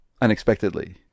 unexpectedly